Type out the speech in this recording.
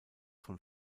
von